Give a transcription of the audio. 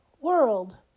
world